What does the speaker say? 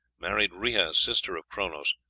married rhea, sister of chronos,